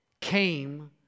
came